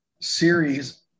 series